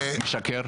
התשפ"ג-2023.